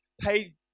pay